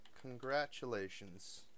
congratulations